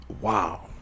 wow